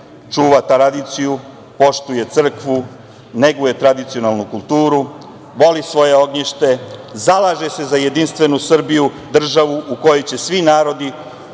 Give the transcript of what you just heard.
čuva tradiciju, poštuje crkvu, neguje tradicionalnu kulturu, voli svoje ognjište, zalaže se za jedinstvenu Srbiju državu u kojoj će svi narodi